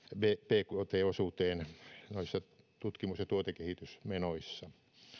bkt osuuteen noissa tutkimus ja tuotekehitysmenoissa